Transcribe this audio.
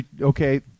Okay